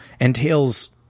entails